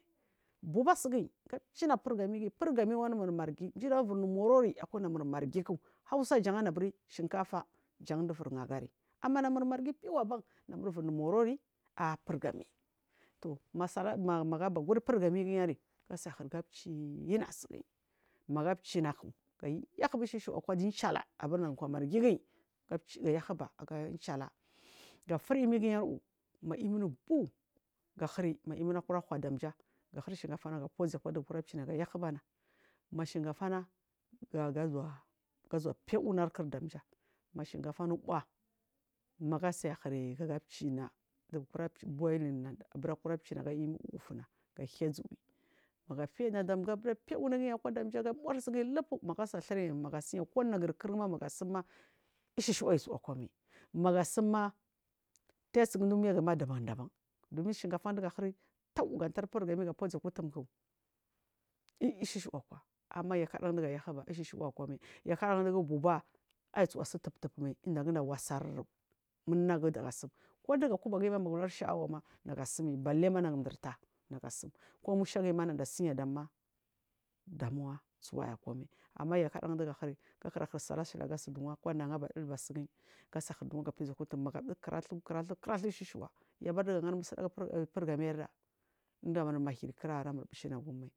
Buba sigiyi china furgamigiyi furgami wachmur margi ginagu ubu law malori aku namur margi k hausa jananabu shinkafa jan du bur haa diri namur margi fiyida ba namubur nu marori a a furgami tu masal managaja gurgurgamigi migiyirisjasai hir gachina maga cinak ke yahiba ishushu akwa du inchala abunagu kwamargi giyi gafur imiyiyi ar u ma imam buu gahiri ma imina kira huw damja. Gahir shinkafana gafu ukwa duga yahibana mashirk fana gazuw faiy unu arkir dar ja mashinkafana abuu maga saihiri duya cina dugukura boi liw aga imi ufuna gafaiy zu uwi magafaiy damja gabura faiy unugiyi akwa gabor sigiyi lub kunagu kirma managusum a ishishuwa aisuwa kwamai magasima test gunda umegury a daban daban dumi shinkafa dugahir tuw gata furgami ga fuzuku untumk ishishiwakwa amma kada diga yahiba isushbuwa kwama yau kada indigo buba asuwa sutub tubma an daginda wasar munnagu kuduga kubagiyi magu hur sha awama nagasim balema nagum durtah si kumushagiyima manda siyada mma damuwa so aikwamai ammaya kada dugahiri gakira shir sal ashili duwaniya diba sigiyi gasai hir duwa gafaiy zuwa ku umtum kiradhu kiraglhu kirad hur ishu shuwa koya bar duga har musuɗagur turgamira namur mahidi kiraramur bucinagumai.